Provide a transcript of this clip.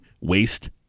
waste